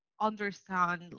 understand